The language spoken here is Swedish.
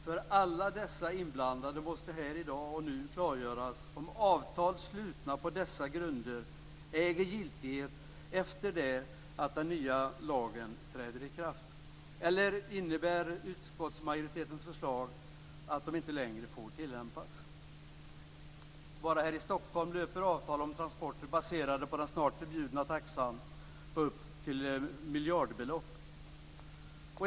För alla dessa inblandade måste här i dag och nu klargöras om avtal slutna på dessa grunder äger giltighet efter det att den nya lagen träder i kraft. Eller innebär utskottsmajoritetens förslag att de inte längre får tillämpas? Bara här i Stockholm löper avtal om transporter baserade på den snart förbjudna taxan på miljardbelopp.